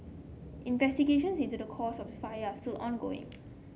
investigations into the cause of the fire still ongoing